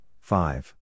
five